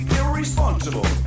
irresponsible